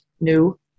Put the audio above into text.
New